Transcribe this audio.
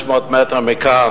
500 מטר מכאן.